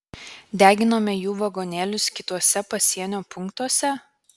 deginome jų vagonėlius kituose pasienio punktuose